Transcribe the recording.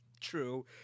True